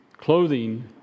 clothing